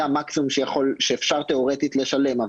זה המקסימום שאפשר תיאורטית לשלם.